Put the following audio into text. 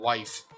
Wife